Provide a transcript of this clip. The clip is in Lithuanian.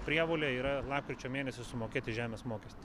prievolė yra lapkričio mėnesį sumokėti žemės mokestį